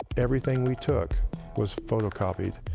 everything we took was photocopied,